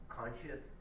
conscious